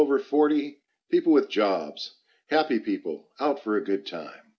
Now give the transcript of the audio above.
over forty people with jobs happy people out for a good time